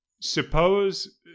Suppose